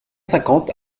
cinquante